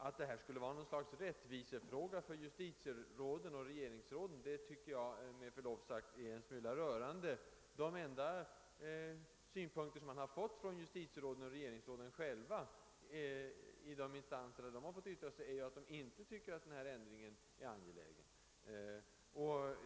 Att det skulle vara ett slags rättvisefråga för justitieråden och regeringsråden tycker jag med förlov sagt är en smula rörande. De enda synpunkter som man har fått från justitieråden och regeringsråden själva, i de instanser där de har fått yttra sig, är att de inte tycker att denna ändring är angelägen.